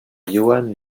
johann